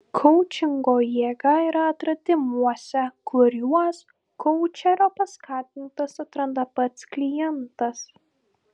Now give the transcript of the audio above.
koučingo jėga yra atradimuose kuriuos koučerio paskatintas atranda pats klientas